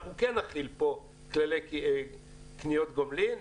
אנחנו כן נתחיל פה כללי קניות גומלין.